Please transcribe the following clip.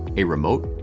a remote,